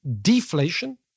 deflation